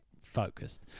focused